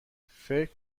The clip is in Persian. فکر